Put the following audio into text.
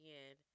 end